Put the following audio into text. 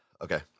Okay